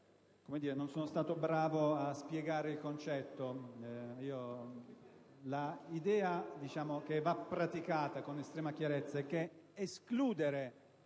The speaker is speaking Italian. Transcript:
non sono stato bravo a spiegare il concetto. L'idea che voglio precisare con estrema chiarezza è la seguente: